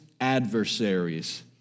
adversaries